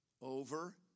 over